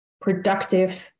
productive